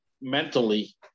mentally